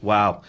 Wow